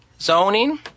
zoning